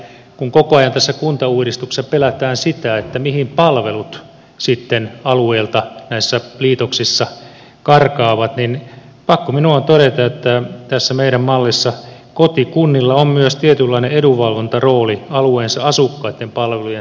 kun koko ajan tässä kuntauudistuksessa pelätään sitä mihin palvelut sitten alueelta näissä liitoksissa karkaavat niin pakko minun on todeta että tässä meidän mallissamme kotikunnilla on myös tietynlainen edunvalvontarooli alueensa asukkaitten palvelujen säilyttämisessä